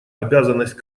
обязанность